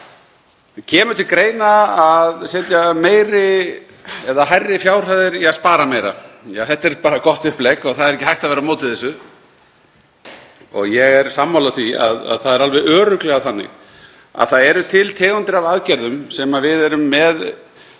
Kemur til greina að setja hærri fjárhæðir í að spara meira? Ja, þetta er bara gott upplegg og það er ekki hægt að vera á móti þessu. Ég er sammála því að það er alveg örugglega þannig að til eru tegundir af aðgerðum sem við erum með